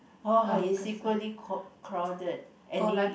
oh it's equally crow crowded and you